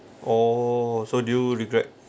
oh so do you regret